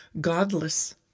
godless